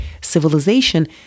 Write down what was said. civilization